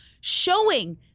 showing